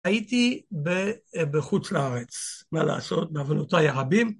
הייתי בחוץ לארץ, מה לעשות, בעוונותי הרבים